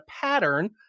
pattern